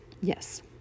yes